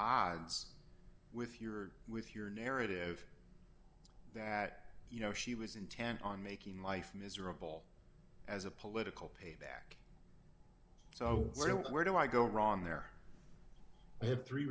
odds with your with your narrative that you know she was intent on making life miserable as a political payback so where do i go wrong there i have three